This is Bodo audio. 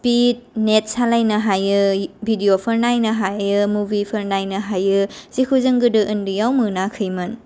स्पिड नेट सालायनो हायो भिडिअ'फोर नायनो हायो मुभिफोर नायनो हायो जेखौ जों गोदो उन्दैयाव मोनाखैमोन